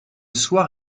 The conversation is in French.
soir